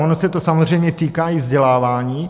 Ono se to samozřejmě týká i vzdělávání.